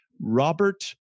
Robert